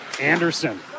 Anderson